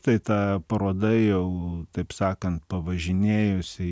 tai ta paroda jau taip sakant pavažinėjusi